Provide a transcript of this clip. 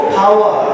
power